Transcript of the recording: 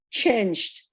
changed